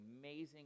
amazing